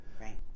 Right